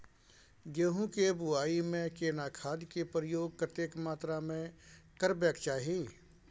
गेहूं के बुआई में केना खाद के प्रयोग कतेक मात्रा में करबैक चाही?